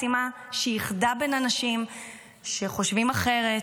משימה שאיחדה בין אנשים שחושבים אחרת,